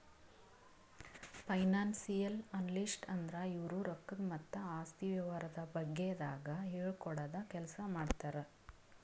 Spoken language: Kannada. ಫೈನಾನ್ಸಿಯಲ್ ಅನಲಿಸ್ಟ್ ಅಂದ್ರ ಇವ್ರು ರೊಕ್ಕದ್ ಮತ್ತ್ ಆಸ್ತಿ ವ್ಯವಹಾರದ ಬಗ್ಗೆದಾಗ್ ಹೇಳ್ಕೊಡದ್ ಕೆಲ್ಸ್ ಮಾಡ್ತರ್